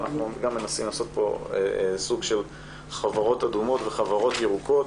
אנחנו גם מנסים לעשות פה סוג של חברות אדומות וחברות ירוקות.